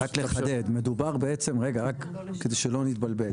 רק לחדד, כדי שלא נתבלבל.